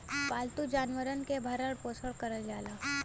पालतू जानवरन के भरण पोसन करल जाला